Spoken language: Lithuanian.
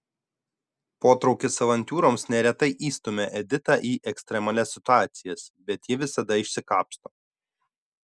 potraukis avantiūroms neretai įstumia editą į ekstremalias situacijas bet ji visada išsikapsto